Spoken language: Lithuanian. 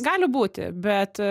gali būti bet